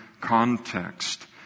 context